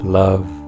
love